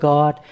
God